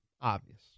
Obvious